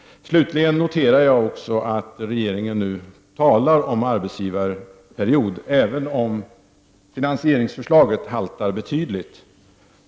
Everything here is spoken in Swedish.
Slutligen noterar jag också att regeringen nu talar om arbetsgivarperiod, även om finansieringsförslaget haltar betydligt.